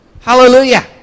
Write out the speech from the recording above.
hallelujah